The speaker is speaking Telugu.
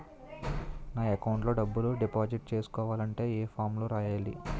నా అకౌంట్ లో డబ్బులు డిపాజిట్ చేసుకోవాలంటే ఏ ఫామ్ లో రాయాలి?